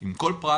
עם כל פרט